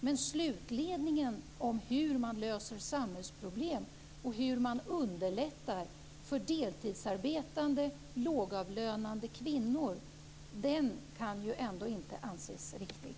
Men slutledningen om hur man löser samhällsproblem och hur man underlättar för deltidsarbetande lågavlönade kvinnor kan ändå inte anses riktig.